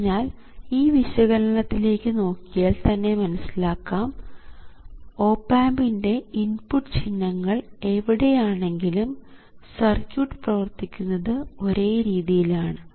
അതിനാൽ ഈ വിശകലനത്തിലേക്ക് നോക്കിയാൽ തന്നെ മനസ്സിലാകും ഓപ് ആമ്പിൻറെ ഇൻപുട്ട് ചിഹ്നങ്ങൾ എവിടെ ആണെങ്കിലും സർക്യൂട്ട് പ്രവർത്തിക്കുന്നത് ഒരേ രീതിയിൽ ആണ്